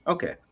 Okay